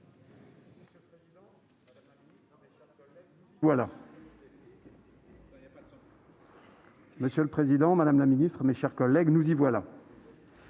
Monsieur le président, madame la ministre, mes chers collègues, nous y voilà